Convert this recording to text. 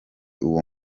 uwo